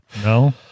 No